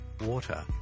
water